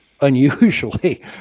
unusually